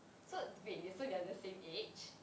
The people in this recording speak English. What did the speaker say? so wait so they are the same age